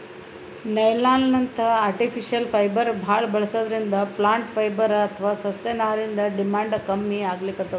ನೈಲಾನ್ನಂಥ artificial fibre ಭಾಳ್ ಬಳಸದ್ರಿಂದ plant fibre ಅಥವಾ ಸಸ್ಯನಾರಿಂದ್ ಡಿಮ್ಯಾಂಡ್ ಕಮ್ಮಿ ಆಗ್ಲತದ್